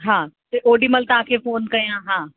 हा ओॾी महिल तव्हांखे फ़ोन कयां हा